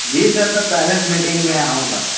जी sir मैं parents meeting में आऊँगा